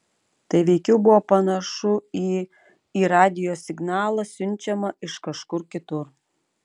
tai veikiau buvo panašu į į radijo signalą siunčiamą iš kažkur kitur